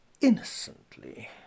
innocently